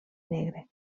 negre